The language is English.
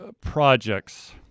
projects